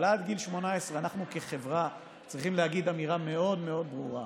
אבל עד גיל 18 אנחנו כחברה צריכים להגיד אמירה מאוד ברורה: